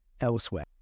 elsewhere